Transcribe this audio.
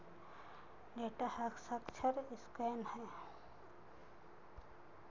data हर scan है